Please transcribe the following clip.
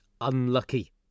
unlucky